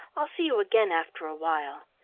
i'll see you again after a while.